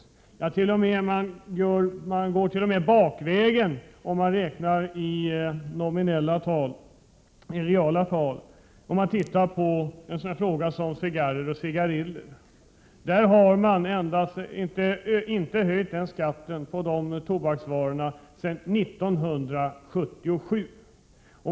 Räknar man i reala tal går man t.o.m. bakvägen. Ser man på hur det förhåller sig med cigarrer och cigariller, kan man konstatera att skatten inte har höjts sedan 1977.